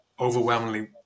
Overwhelmingly